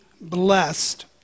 blessed